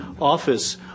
office